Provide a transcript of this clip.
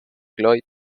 lloyd